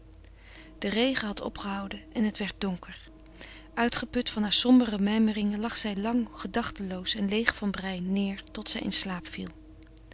de regen had opgehouden en het werd donker uitgeput van hare sombere mijmeringen lag zij lang gedachteloos en leêg van brein neêr tot zij in slaap viel